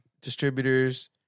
distributors